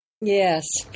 Yes